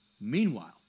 meanwhile